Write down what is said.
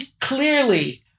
clearly